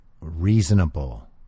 reasonable